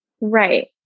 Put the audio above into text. Right